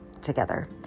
together